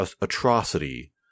atrocity